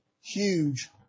huge